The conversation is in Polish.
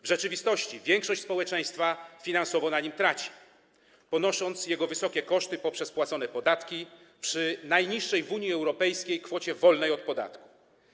W rzeczywistości większość społeczeństwa finansowo na nim traci, ponosząc jego wysokie koszty poprzez płacone podatki przy najniższej w Unii Europejskiej kwocie wolnej od podatku.